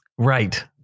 Right